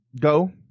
go